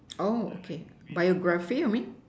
oh okay biography you mean